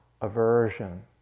aversion